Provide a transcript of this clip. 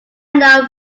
now